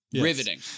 riveting